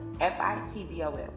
F-I-T-D-O-M